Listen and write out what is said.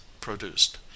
PRODUCED